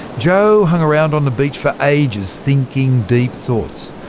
joe hung around on the beach for ages, thinking deep thoughts.